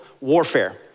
warfare